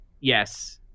yes